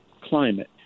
climate